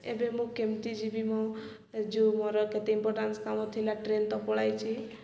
ଏବେ ମୁଁ କେମିତି ଯିବି ମୋ ଏ ଯେଉଁ ମୋର କେତେ ଇମ୍ପୋଟାନ୍ସ କାମ ଥିଲା ଟ୍ରେନ୍ ତ ପଳାଇଛିି